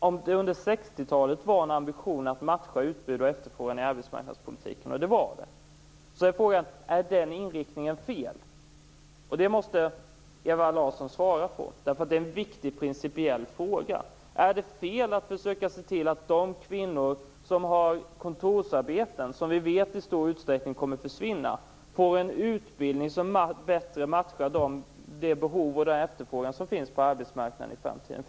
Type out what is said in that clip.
Om det under 60-talet fanns en ambition att matcha utbud och efterfrågan i arbetsmarknadspolitiken - och det fanns det - blir frågan: Är den inriktningen fel? Det måste Ewa Larsson svara på, därför att det är en viktig principiell fråga. Är det fel att försöka se till att de kvinnor som har kontorsarbeten, arbeten som vi vet i stor utsträckning kommer att försvinna, får en utbildning som bättre matchar det behov och den efterfrågan som finns på arbetsmarknaden i framtiden?